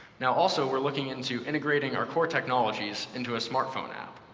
now also, we're looking into integrating our core technologies into a smartphone app.